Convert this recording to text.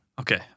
Okay